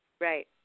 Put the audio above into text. Right